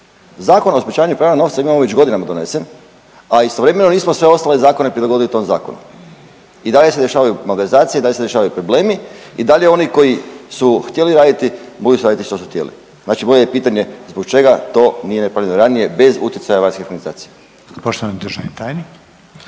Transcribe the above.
Zakon o sprječavanju pranja novca imamo već godinama donesen, a istovremeno nismo sve ostale zakone prilagodili tom zakonu. I dalje se dešavaju malverzacije i dalje se rješavaju problemi i dalje oni koji su htjeli raditi mogli su raditi što su htjeli. Znači moje je pitanje zbog čega to nije napravljeno ranije bez utjecaja vanjskih organizacija? **Reiner, Željko